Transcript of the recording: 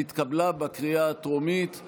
התקבלה בקריאה הטרומית,